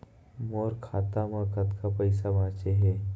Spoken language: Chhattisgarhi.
मोर खाता मा कतका पइसा बांचे हे?